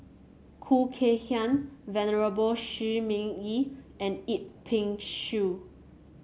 Khoo Kay Hian Venerable Shi Ming Yi and Yip Pin Xiu